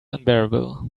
unbearable